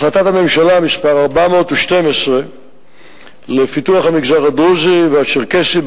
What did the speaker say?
החלטת הממשלה מס' 412 לפיתוח המגזר הדרוזי והצ'רקסי,